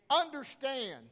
Understand